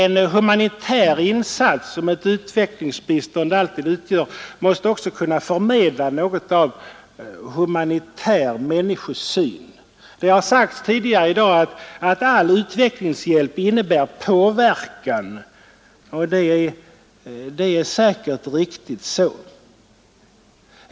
En humanitär insats, som ett utvecklingsbistånd alltid utgör, måste också kunna förmedla något av humanitär människosyn. Det har sagts tidigare i dag att ”all utvecklingshjälp innebär påverkan”, och det är säkert riktigt.